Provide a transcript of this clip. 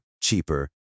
cheaper